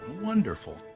Wonderful